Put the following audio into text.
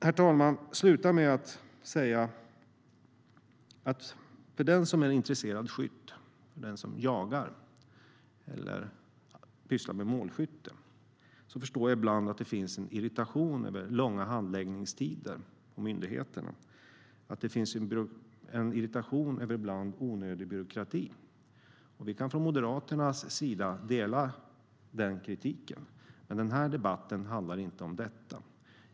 Jag vill avsluta med att säga att hos den som är intresserad skytt, för den som jagar eller sysslar med målskytte, förstår jag att det ibland finns en irritation över långa handläggningstider på myndigheterna och över ibland onödig byråkrati. Vi i Moderaterna kan dela den kritiken, men den här debatten handlar inte om det.